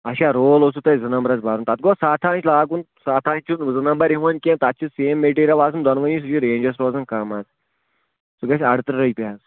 اَچھا رول اوسوٕ تۄہہِ زٕ نمبرس بَرُن تَتھ گوٚو سَتھ آنٛچہِ لاگُن سَتھ آنٛچہِ چھِ زٕ نمبر یِوان کیٚنٛہہ تَتھ چھِ سیم مِٹیٖرل آسان دۄنوٕنی سُہ چھُ رینٛجس روزان کَم آز سُہ گَژھہِ اَرتٕرٛہ رۄپیہِ حظ